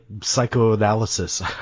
psychoanalysis